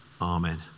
Amen